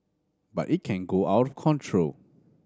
but it can go out of control